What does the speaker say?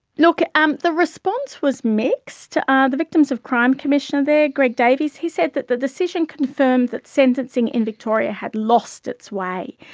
look, um the response was mixed. ah the victims of crime commission there, greg davies, he said that the decision confirmed that sentencing in victoria had lost its way.